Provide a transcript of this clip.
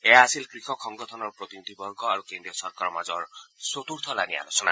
এয়া আছিল কৃষক সংগঠনৰ প্ৰতিনিধিবৰ্গ আৰু কেন্দ্ৰীয় চৰকাৰৰ মাজৰ চতুৰ্থলানি আলোচনা